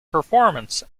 performance